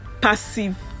passive